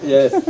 Yes